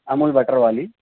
Amul butter والی